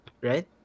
right